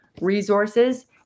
resources